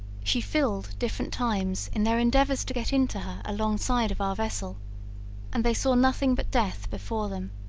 she filled different times in their endeavours to get into her alongside of our vessel and they saw nothing but death before them,